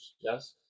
yes